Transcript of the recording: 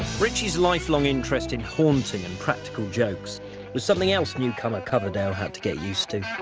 ritchie's lifelong interest in haunting and practical jokes was something else newcomer coverdale had to get used to.